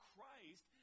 Christ